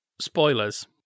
spoilers